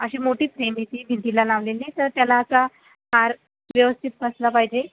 अशी मोठी फ्रेम येते भिंतीला लावलेली तर त्याला हार व्यवस्थित बसला पाहिजे